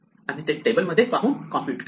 आम्ही ते टेबल बघून कॉम्प्युट केले